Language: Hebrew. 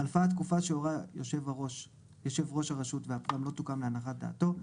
חלפה התקופה שהורה יושב ראש הרשות והפגם לא תוקן להנחת דעתו,